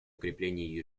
укреплении